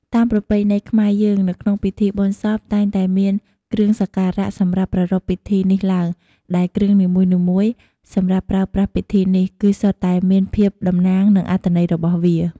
តាមប្រពៃណីខ្មែរយើង នៅក្នុងពិធីបុណ្យសពតែងតែមានគ្រឿងសក្ការៈសម្រាប់ប្រារព្ធពិធីនេះឡើង ដែលគ្រឿងនីមួយៗសម្រាប់ប្រើប្រាស់ពិធីនេះ គឺសុទ្ធតែមានភាពតំណាងនិងអត្ថន័យរបស់វា។